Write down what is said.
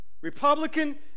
Republican